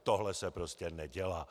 Tohle se prostě nedělá.